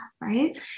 right